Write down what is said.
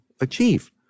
achieve